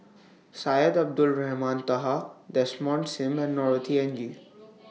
Syed Abdulrahman Taha Desmond SIM and Norothy Ng